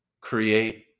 create